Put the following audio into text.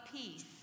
peace